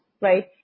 right